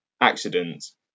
accidents